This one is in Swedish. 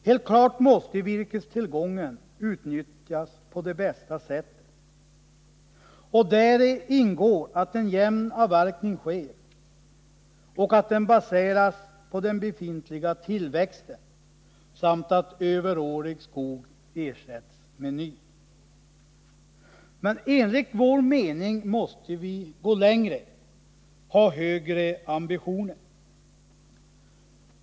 Helt självklart måste virkestillgången utnyttjas på det bästa sättet, och däri ingår att en jämn avverkning sker, och att den baseras på den befintliga tillväxten samt att överårig skog ersätts med ny. Men enligt vår mening måste vi gå längre och ha högre ambitioner.